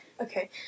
Okay